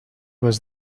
was